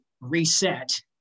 reset